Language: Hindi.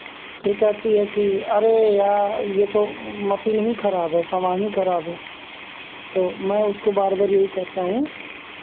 फिर कहती है कि अरे या और ये तो ओ मशीन ही खराब है सामान ही खराब है तो मैं उसको बार बार यही कहता हूँ